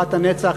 תורת הנצח,